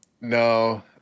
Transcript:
No